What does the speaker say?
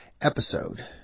episode